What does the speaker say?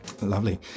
Lovely